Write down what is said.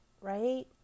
Right